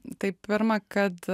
tai pirma kad